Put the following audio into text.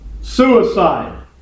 suicide